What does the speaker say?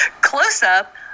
close-up